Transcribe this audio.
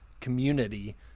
community